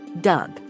Doug